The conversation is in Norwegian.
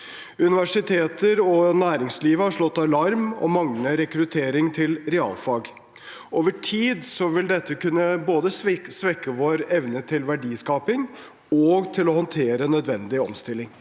Universiteter og næringslivet har slått alarm om manglende rekruttering til realfag. Over tid vil dette kunne svekke vår evne både til verdiskaping og til å håndtere nødvendig omstilling.